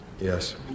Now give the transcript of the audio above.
Yes